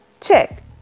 Check